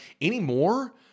anymore